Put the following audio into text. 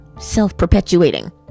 self-perpetuating